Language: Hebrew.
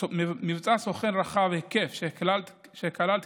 סוכן במבצע רחב היקף בתקציב של מיליוני שקלים